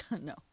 no